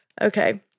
Okay